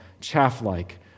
chaff-like